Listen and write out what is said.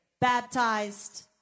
Baptized